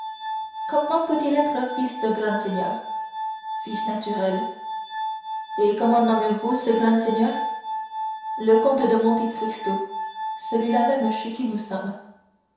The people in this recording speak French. comment peut-il être fils de grand seigneur fils naturel et comment nommez-vous ce grand seigneur le comte de monte cristo celui-là même chez qui nous sommes